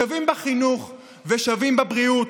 שווים בחינוך ושווים בבריאות,